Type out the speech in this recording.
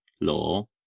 law